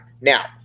now